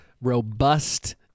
robust